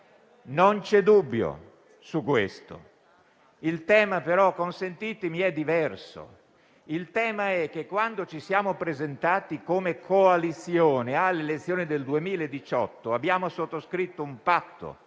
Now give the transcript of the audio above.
Non c'è dubbio su questo. Il tema però - consentitemi - è diverso. Quando ci siamo presentati come coalizione alle elezioni del 2018, abbiamo sottoscritto un patto